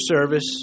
service